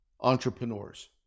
entrepreneurs